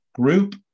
group